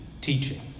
teaching